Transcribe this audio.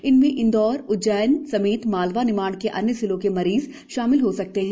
इनमें इंदौरए उज्जैन समेत मालवा निमाड़ के अन्य जिलों के मरीज शामिल हो सकते हैं